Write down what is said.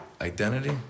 identity